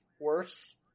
worse